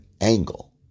angle